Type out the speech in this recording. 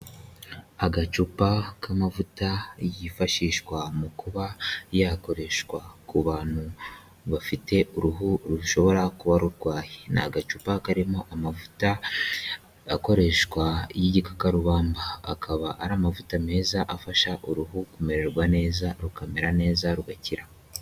Agacupa k'amavuta yifashishwa mu kuba yakoreshwa ku bantu bafite uruhu rushobora kuba rurwaye, ni agacupa karimo amavuta akoreshwa y'igikakarubamba, akaba ari amavuta meza afasha uruhu kumererwa neza rukamera neza rugakira.